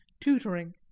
tutoring